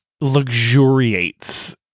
luxuriates